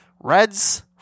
Reds